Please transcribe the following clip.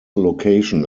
location